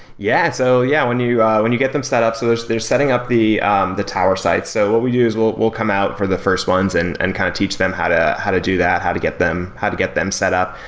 yeah so yeah. when you ah when you get them set up, so they're they're setting up the the tower site, so what we do is we'll we'll come out for the first ones and and kind of teach them how to how to do that, how to get, them how to get them set up,